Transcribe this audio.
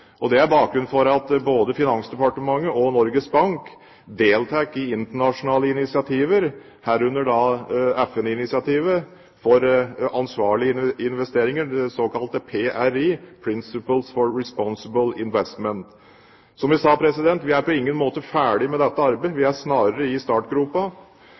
Det er bakgrunnen for at både Finansdepartementet og Norges Bank deltar i internasjonale initiativer, herunder FN-initiativet for ansvarlige investeringer, det såkalte PRI, Principles for Responsible Investment. Som jeg sa, vi er på ingen måte ferdige med dette arbeidet, vi er snarere i startgropa.